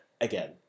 again